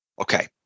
Okay